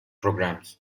programs